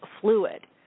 fluid